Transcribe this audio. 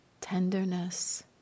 tenderness